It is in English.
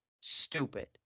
Stupid